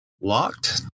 Locked